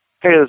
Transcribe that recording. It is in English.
Hey